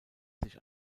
sich